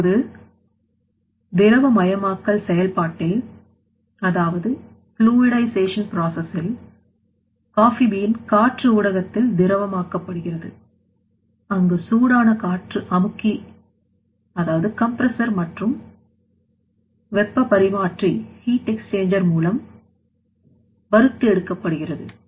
இப்போது திரவமயமாக்கல் செயல்பாட்டில் காபி பீன் காற்று ஊடகத்தில் திரவம் ஆக்கப்படுகிறது அங்கு சூடான காற்று அமுக்கிமற்றும் வெப்பப் பரிமாற்றி மூலம் வறுத்த எடுக்கப்படுகிறது